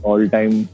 All-time